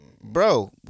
Bro